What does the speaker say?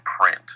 print